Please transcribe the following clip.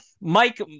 Mike